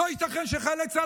לא ייתכן שחיילי צה"ל,